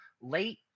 late